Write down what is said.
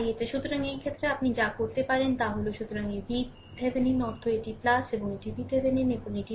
তাই এটা সুতরাং সেই ক্ষেত্রে আপনি যা করতে পারেন তা হল সুতরাং এটি VThevenin অর্থ এটি এবং এটি VThevenin এবং এটি